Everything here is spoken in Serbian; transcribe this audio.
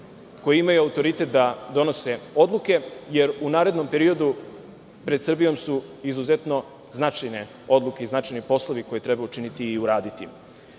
koji imaju autoritet da donose odluke, jer u narednom periodu pred Srbijom su izuzetno značajne odluke i značajni poslovi koje treba učiniti i uraditi. Mislim